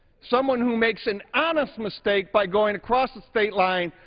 someone who makes an honest mistake by going across the state line,